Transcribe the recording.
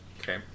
Okay